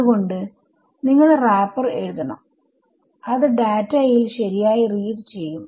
അത്കൊണ്ട് നിങ്ങൾ റാപ്പർ എഴുതണം അത് ഡാറ്റാ യിൽ ശരിയായി റീഡ് ചെയ്യും